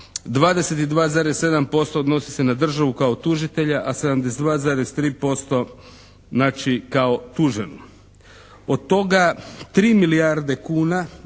22,7% odnosi se na državu kao tužitelja a 72,3% znači kao tuženu. Od toga 3 milijarde kuna